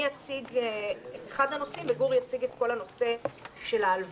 אני אציג את אחד הנושאים וגור יציג את נושא ההלוואות,